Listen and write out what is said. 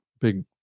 big